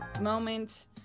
moment